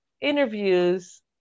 interviews